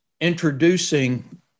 introducing